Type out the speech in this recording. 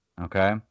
okay